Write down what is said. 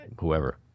whoever